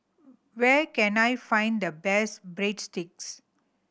where can I find the best Breadsticks